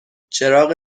چراغ